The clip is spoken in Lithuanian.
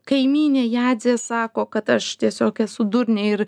kaimynė jadzė sako kad aš tiesiog esu durnė ir